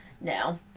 No